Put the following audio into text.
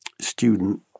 student